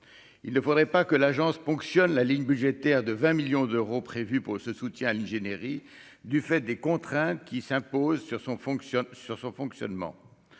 il ne faudrait pas que l'Agence ponctionnent la ligne budgétaire de 20 millions d'euros prévus pour ce soutien à l'ingénierie du fait des contraintes qui s'imposent sur son fonctionne